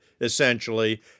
essentially